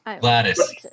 Gladys